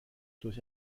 durch